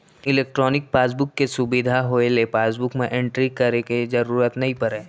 electronic passbook के सुबिधा होए ले पासबुक म एंटरी के जरूरत नइ परय